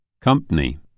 Company